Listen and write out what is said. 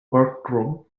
okrug